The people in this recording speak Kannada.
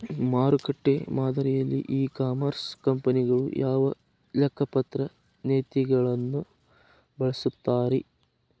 ಮಾರುಕಟ್ಟೆ ಮಾದರಿಯಲ್ಲಿ ಇ ಕಾಮರ್ಸ್ ಕಂಪನಿಗಳು ಯಾವ ಲೆಕ್ಕಪತ್ರ ನೇತಿಗಳನ್ನ ಬಳಸುತ್ತಾರಿ?